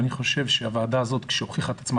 אני חושב שהוועדה הזאת כשהוכיחה את עצמה